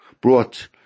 brought